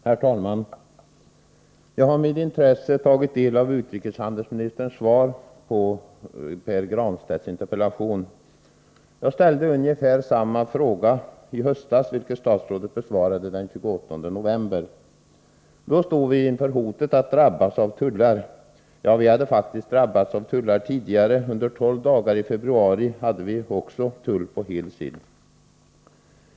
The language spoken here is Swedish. Herr talman! Jag har med intresse tagit del av utrikeshandelsministerns svar på Pär Granstedts interpellation. Jag ställde ungefär samma fråga i höstas, vilken statsrådet besvarade den 28 november. Då stod vi inför hotet att drabbas av tullar — ja, vi hade faktiskt drabbats av tullar tidigare. Under 12 dagar i februari i fjol hade vi också tull på hel sill.